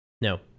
No